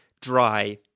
dry